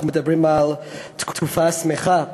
אנחנו מדברים על תקופה שמחה למדינה.